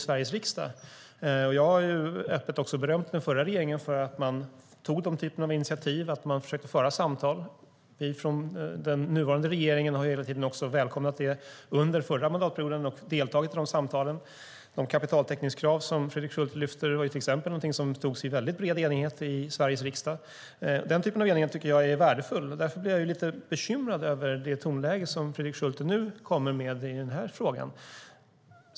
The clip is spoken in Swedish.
Jag har öppet berömt den förra regeringen för att man tog den typen av initiativ och försökte föra samtal. Vi som sitter i den nuvarande regeringen välkomnade hela tiden detta under förra mandatperioden och deltog i samtalen. De kapitaltäckningskrav som Fredrik Schulte lyfter fram var till exempel någonting som togs i väldigt bred enighet i Sveriges riksdag. Den typen av enighet tycker jag är värdefull, och därför blir jag lite bekymrad över det tonläge som Fredrik Schulte nu använder i den här frågan.